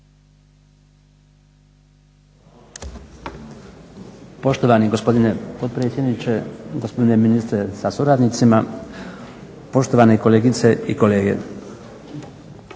Poštovani gospodine potpredsjedničke, gospodine ministre sa suradnicima, poštovane kolegice i kolege.